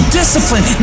discipline